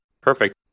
Perfect